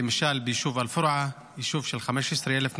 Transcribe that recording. למשל ביישוב אל-פורעה, יישוב של 15,000 נפשות.